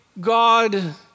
God